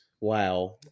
Wow